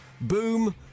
Boom